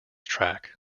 track